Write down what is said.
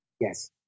Yes